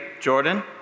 Jordan